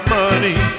money